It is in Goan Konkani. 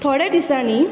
थोड्या दिसांनी